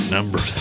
Number